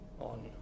on